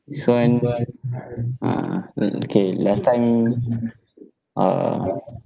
this [one] uh mm okay last time uh